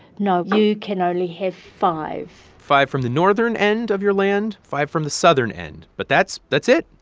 no, you can only have five five from the northern end of your land, five from the southern end, but that's that's it.